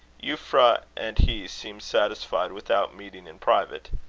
euphra and he seemed satisfied without meeting in private.